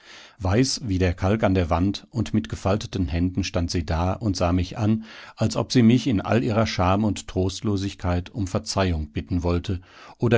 weiß wieder kalk an der wand und mit gefalteten händen stand sie da und sah mich an als ob sie mich in all ihrer scham und trostlosigkeit um verzeihung bitten wollte